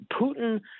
Putin